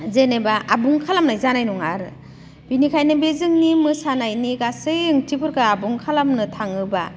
जेनेबा आबुं खालामनाय जानाय नङा आरो बेनिखायनो बे जोंनि मोसानायनि गासै ओंथिफोरखो आबुं खालामनो थाङोब्ला